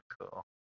cool